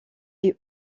est